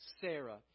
Sarah